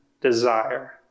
desire